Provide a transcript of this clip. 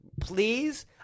Please